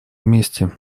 вместе